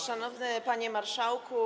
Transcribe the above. Szanowny Panie Marszałku!